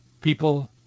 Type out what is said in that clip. people